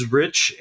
rich